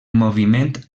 moviment